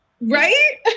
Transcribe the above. Right